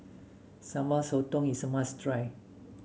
Sambal Sotong is a must try